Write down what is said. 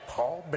Paul